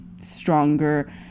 stronger